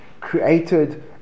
created